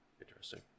Interesting